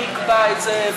מי יקבע את זה,